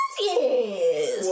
yes